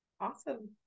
Awesome